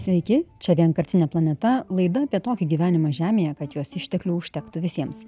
sveiki čia vienkartinė planeta laida apie tokį gyvenimą žemėje kad jos išteklių užtektų visiems